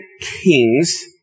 Kings